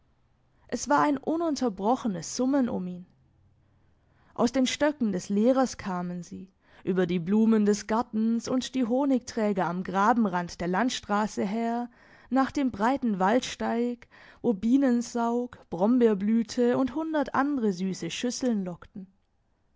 es war ein ununterbrochenes summen um ihn aus den stöcken des lehrers kamen sie über die blumen des gartens und die honigträger am grabenrand der landstrasse her nach dem breiten waldsteig wo bienensaug brombeerblüte und hundert andere süsse schüsseln lockten